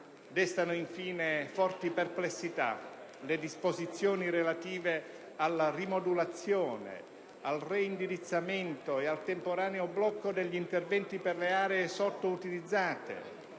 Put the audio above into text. Destano infine forti perplessità le disposizioni relative alla rimodulazione, al reindirizzamento ed al temporaneo blocco degli interventi per le aree sottoutilizzate